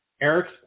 Eric